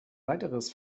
weiteres